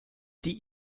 die